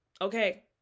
Okay